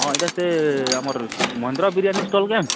ହଁ ଏଇଟା ସେ ଆମର ମହିନ୍ଦ୍ର ବିରିୟାନୀ ଷ୍ଟଲ୍ କେଁ